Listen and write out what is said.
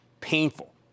painful